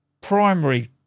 primary